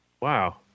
Wow